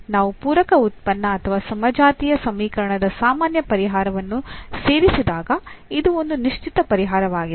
ನಾವು ಪೂರಕ ಉತ್ಪನ್ನ ಅಥವಾ ಸಮಜಾತೀಯ ಸಮೀಕರಣದ ಸಾಮಾನ್ಯ ಪರಿಹಾರವನ್ನು ಸೇರಿಸಿದಾಗಇದು ಒಂದು ನಿಶ್ಚಿತ ಪರಿಹಾರವಾಗಿದೆ